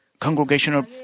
congregational